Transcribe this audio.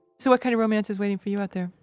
so, what kind of romance is waiting for you out there?